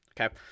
Okay